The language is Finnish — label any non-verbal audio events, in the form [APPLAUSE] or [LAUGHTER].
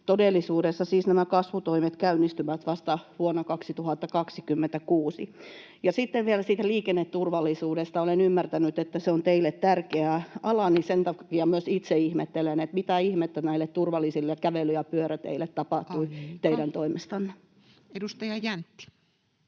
Todellisuudessa siis nämä kasvutoimet käynnistyvät vasta vuonna 2026. Ja sitten vielä siitä liikenneturvallisuudesta: kun olen ymmärtänyt, että se on teille tärkeä ala, [NOISE] niin sen takia myös itse ihmettelen, mitä ihmettä näille turvallisille kävely- ja pyöräteille tapahtui [Puhemies: Aika!] teidän toimestanne. Edustaja Jäntti.